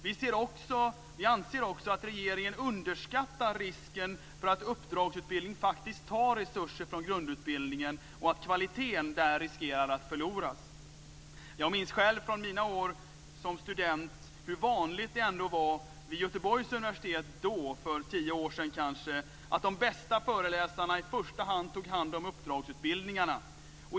Vi anser också att regeringen underskattar risken för att uppdragsutbildningen faktiskt tar resurser från grundutbildningen och att kvaliteten riskerar att förloras. Jag minns själv från mina år som student för tio år sedan vid Göteborgs universitet hur vanligt det var att de bästa föreläsarna i första hand tog hand om uppdragsutbildningarna.